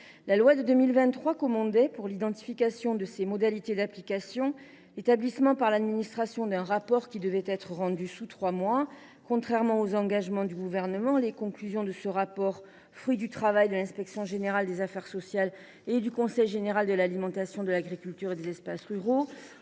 La loi de 2023 prévoyait, pour l’identification de ses modalités d’application, l’établissement par l’administration d’un rapport qui devait être rendu sous trois mois. Contrairement aux engagements du Gouvernement, les conclusions de ce rapport, fruit du travail de l’inspection générale des affaires sociales et du Conseil général de l’alimentation, de l’agriculture et des espaces ruraux,